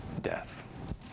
Death